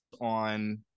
on